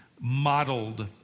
modeled